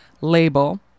label